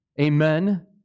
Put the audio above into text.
Amen